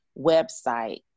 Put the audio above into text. website